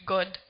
God